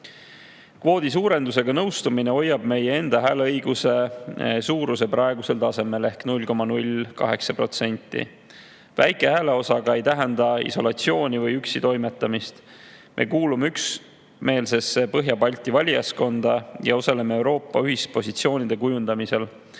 suurendusega nõustumine hoiab meie enda hääleõiguse suuruse praegusel tasemel ehk 0,08%. Väike hääleosa aga ei tähenda isolatsiooni või üksi toimetamist. Me kuulume üksmeelsesse Põhja-Balti valijaskonda ja osaleme Euroopa ühispositsioonide kujundamisel.